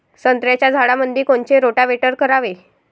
संत्र्याच्या झाडामंदी कोनचे रोटावेटर करावे?